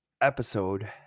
episode